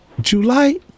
july